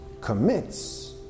commits